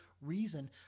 reason